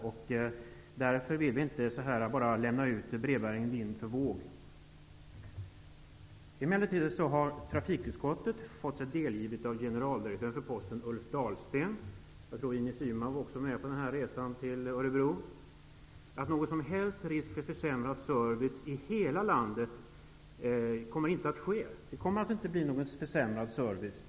Vi vill därför inte utan vidare lämna brevbäringen vind för våg. Emellertid har trafikutskottet fått sig delgivet av generaldirektören för Posten Ulf Dahlsten -- jag tror att också Ines Uusmann var med på resan till Örebro -- att någon som helst risk för försämrad service i hela landet inte kommer att uppstå. Det blir alltså ingen försämring av servicen.